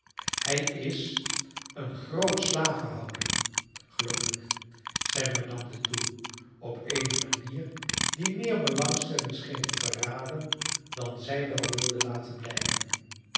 hij is een groot slavenhouder geloof ik zeide madame de thoux op eene manier die meer belangstelling scheen te verraden dan zij wel wilde laten blijken